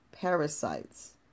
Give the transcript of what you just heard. Parasites